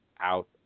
out